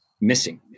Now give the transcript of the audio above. missing